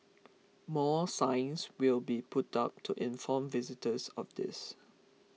more signs will be put up to inform visitors of this